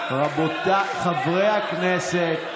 רבותיי חברי הכנסת,